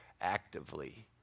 actively